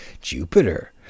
Jupiter